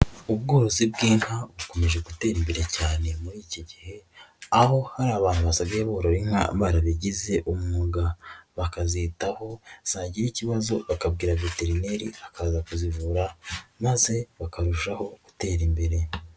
Ubworozi bw'inka bukomeje gutera imbere cyane muri iki gihe aho hari abantu basigaye borora inka barabigize umwuga, bakazitaho zagira ikibazo bakabwira veterineri akaza kuzivura maze bakarushaho gutera imbere.